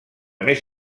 més